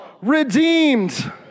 redeemed